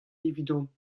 evidon